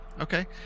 Okay